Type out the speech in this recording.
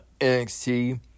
NXT